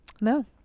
No